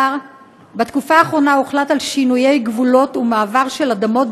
בתקופה האחרונה הוחלט על שינויי גבולות ומעבר של אדמות,